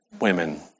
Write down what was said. women